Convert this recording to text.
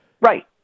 Right